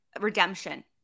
redemption